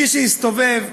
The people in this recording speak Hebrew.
מי שיסתובב,